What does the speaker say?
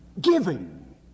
giving